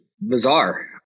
bizarre